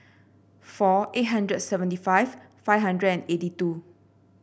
four eight hundred seventy five five hundred eighty two